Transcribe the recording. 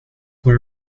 were